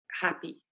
happy